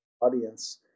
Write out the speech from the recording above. audience